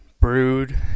brewed